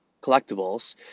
collectibles